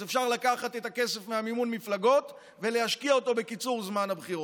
אז אפשר לקחת את הכסף ממימון המפלגות ולהשקיע אותו בקיצור זמן הבחירות.